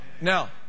Now